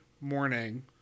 morning